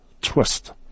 twist